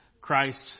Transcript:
Christ